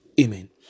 Amen